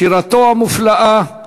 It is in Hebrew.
שירתו המופלאה,